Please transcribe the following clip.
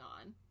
on